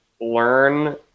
learn